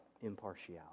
impartiality